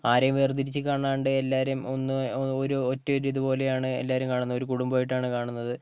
ആരെയും വേർതിരിച്ചു കാണാതെ എല്ലാവരെയും ഒന്ന് ഒരു ഒറ്റ ഒരു ഇതുപോലെയാണ് എല്ലാവരെയും കാണുന്നത് ഒരു കുടുംബമായിട്ടാണ് കാണുന്നത്